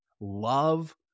love